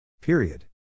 Period